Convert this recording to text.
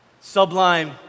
Sublime